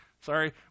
sorry